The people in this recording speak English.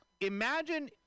imagine